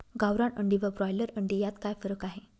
गावरान अंडी व ब्रॉयलर अंडी यात काय फरक आहे?